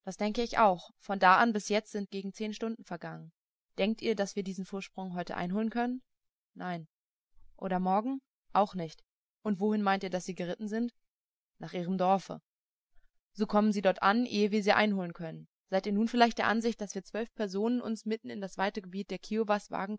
das denke ich auch von da an bis jetzt sind gegen zehn stunden vergangen denkt ihr daß wir diesen vorsprung heut einholen können nein oder morgen auch nicht und wohin meint ihr daß sie geritten sind nach ihrem dorfe so kommen sie dort an ehe wir sie einholen können seid ihr nun vielleicht der ansicht daß wir zwölf personen uns mitten in das weite gebiet der kiowas wagen